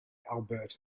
alberta